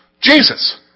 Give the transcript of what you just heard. Jesus